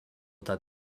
that